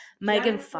Megan